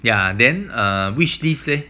ya then err wish list leh